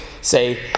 say